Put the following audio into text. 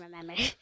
remember